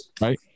right